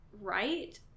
right